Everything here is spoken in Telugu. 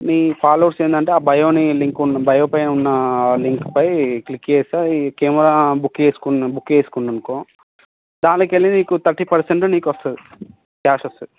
నీ ఫాలోవర్స్ ఏంటంటే ఆ బయోని లింకు బయో పైన ఉన్న లింకుపై క్లిక్ చేస్తే అది కెమెరా బుక్ చేసుకుం బుక్ చేసుకుంది అనుకో దానికి వెళ్ళి నీకు థర్టీ పర్సెంటు నీకు వస్తుంది క్యాష్ వస్తుంది